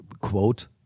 quote